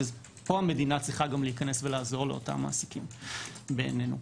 ופה המדינה צריכה להיכנס ולעזור לאותם מעסיקים בעינינו.